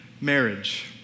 marriage